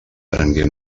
prengué